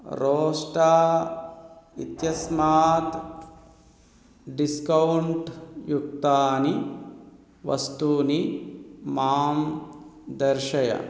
रोस्टा इत्यस्मात् डिस्कौण्ट् युक्तानि वस्तूनि मां दर्शय